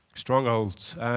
strongholds